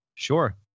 Sure